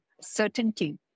certainty